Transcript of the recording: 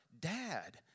dad